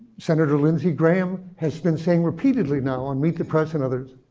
senator lindsey graham has been saying repeatedly now on meet the press and others,